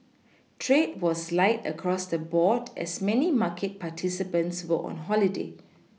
trade was light across the board as many market participants were on holiday